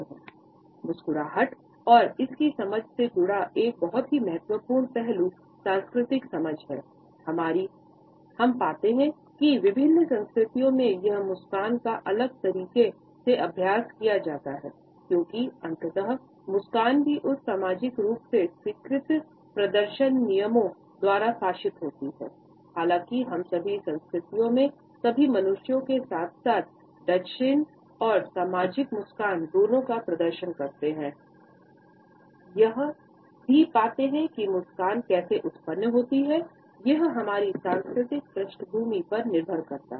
हमारी मुस्कुराहट और इसकी समझ से जुड़ा एक बहुत ही महत्वपूर्ण पहलू सांस्कृतिक समझ है हम पाते हैं कि विभिन्न संस्कृतियों में एक मुस्कान का अलग तरीके से अभ्यास किया जाता है हम सभी संस्कृतियों में सभी मनुष्यों के साथ साथ डचेन और सामाजिक मुस्कान दोनों का प्रदर्शन करते हैं हम यह भी पाते हैं कि मुस्कान कैसे उत्पन्न होती है यह हमारी सांस्कृतिक पृष्ठभूमि पर निर्भर करता है